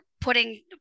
putting